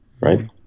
right